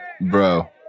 Bro